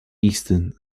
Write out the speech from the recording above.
eastern